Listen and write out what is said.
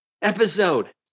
episode